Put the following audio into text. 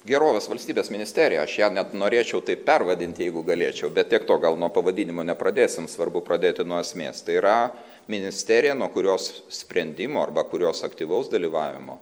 gerovės valstybės ministerija aš ją net norėčiau taip pervadint jeigu galėčiau bet tiek to gal nuo pavadinimo nepradėsim svarbu pradėti nuo esmės tai yra ministerija nuo kurios sprendimo arba kurios aktyvaus dalyvavimo